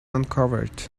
uncovered